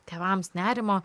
tėvams nerimo